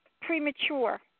premature